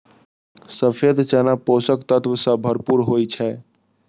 सफेद चना पोषक तत्व सं भरपूर होइ छै